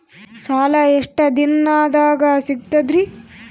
ಸಾಲಾ ಎಷ್ಟ ದಿಂನದಾಗ ಸಿಗ್ತದ್ರಿ?